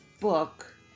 book